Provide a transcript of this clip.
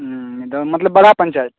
मतलब बड़ा पञ्चायत